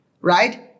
right